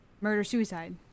murder-suicide